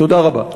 תודה רבה.